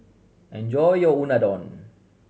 enjoy your Unadon